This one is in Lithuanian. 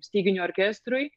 styginių orkestrui